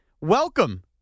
welcome